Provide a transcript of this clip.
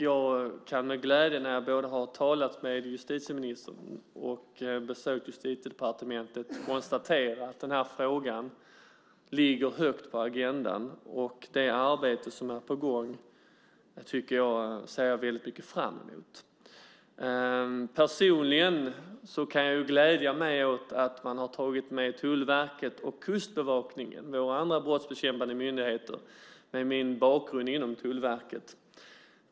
Jag kan med glädje, när jag har talat med justitieministern och besökt Justitiedepartementet, konstatera att den här frågan ligger högt på agendan. Det arbete som är på gång ser jag mycket fram emot. Personligen kan jag glädja mig åt att man har tagit med Tullverket och Kustbevakningen, våra andra brottsbekämpande myndigheter, med tanke på min bakgrund inom Tullverket.